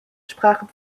sprachen